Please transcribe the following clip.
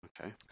Okay